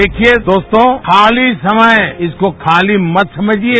देखिये दोस्तों खाती समय इसको खाती मत समझिये